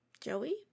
joey